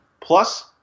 Plus